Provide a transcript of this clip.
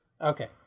Okay